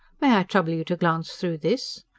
may i trouble you to glance through this?